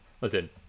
listen